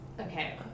okay